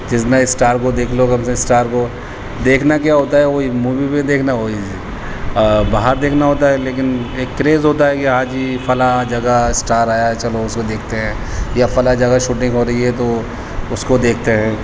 جس نے اسٹار کو دیکھ لو کب سے اسٹار کو دیکھنا کیا ہوتا ہے وہی مووی ووی دیکھنا وہی باہر دیکھنا ہوتا ہے لیکن ایک کریز ہوتا ہے کہ آج ہی فلاں جگہ اسٹار آیا ہے چلو اس کو دیکھتے ہیں یا فلاں جگہ شوٹنگ ہو رہی ہے تو اس کو دیکھتے ہیں